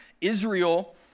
Israel